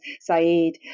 Saeed